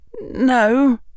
No